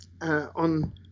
on